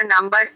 number